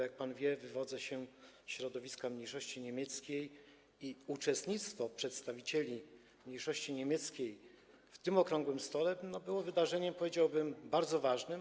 Jak pan wie, wywodzę się z środowiska mniejszości niemieckiej i uczestnictwo przedstawicieli mniejszości niemieckiej w obradach okrągłego stołu było wydarzeniem, powiedziałbym, bardzo ważnym.